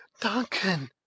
Duncan